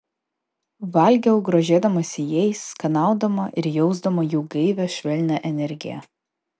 valgiau grožėdamasi jais skanaudama ir jausdama jų gaivią švelnią energiją